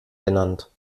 genannt